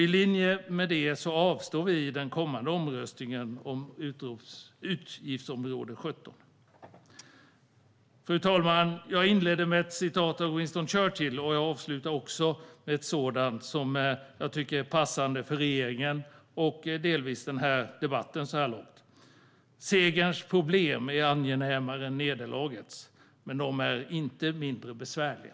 I linje med det avstår vi i den kommande omröstningen om utgiftsområde 17. Fru talman! Jag inledde med ett citat av Winston Churchill. Jag ska också avsluta med ett som jag tycker är passade för regeringen och delvis för den här debatten, så här långt: Segerns problem är angenämare än nederlagets, men de är inte mindre besvärliga.